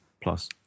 plus